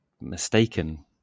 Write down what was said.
mistaken